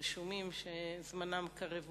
הרשומים שזמנם קרב ובא.